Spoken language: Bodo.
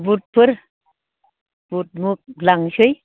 बुदफोर बुद मुग लांसै